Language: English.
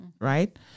Right